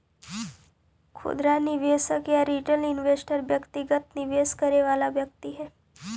खुदरा निवेशक या रिटेल इन्वेस्टर व्यक्तिगत निवेश करे वाला व्यक्ति हइ